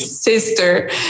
sister